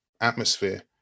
atmosphere